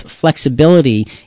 flexibility